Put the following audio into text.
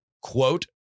Quote